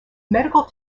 medical